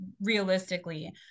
realistically